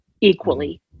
equally